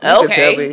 okay